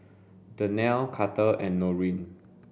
Dannielle Carter and Norene